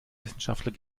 wissenschaftler